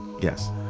Yes